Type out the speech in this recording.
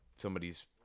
Somebody's